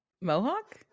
Mohawk